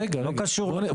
רגע, רגע.